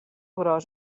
gros